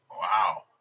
Wow